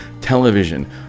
Television